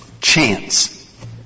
chance